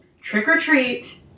Trick-or-treat